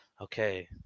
okay